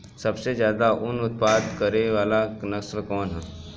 सबसे ज्यादा उन उत्पादन करे वाला नस्ल कवन ह?